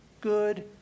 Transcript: good